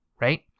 right